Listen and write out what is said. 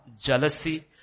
jealousy